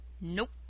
Nope